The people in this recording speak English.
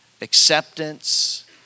Acceptance